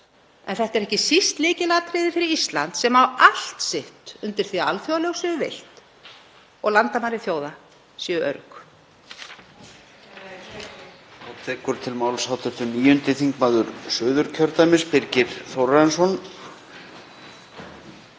en þetta er ekki síst lykilatriði fyrir Ísland sem á allt sitt undir því að alþjóðalög séu virt og landamæri þjóða séu örugg.